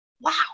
wow